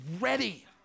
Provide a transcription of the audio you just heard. ready